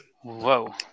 Whoa